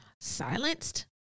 silenced